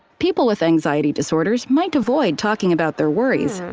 people with anxiety disorders might avoid talking about their worries,